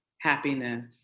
happiness